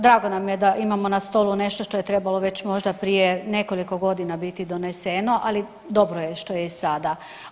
Drago nam je da imamo na stolu nešto što je trebalo već možda prije nekoliko godina biti doneseno, ali dobro je što je i sada.